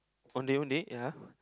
Ondeh-Ondeh ya